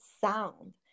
sound